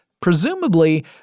Presumably